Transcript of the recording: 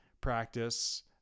practice